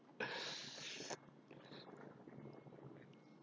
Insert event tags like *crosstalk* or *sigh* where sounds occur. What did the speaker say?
*breath*